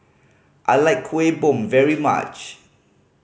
I like Kuih Bom very much